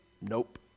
Nope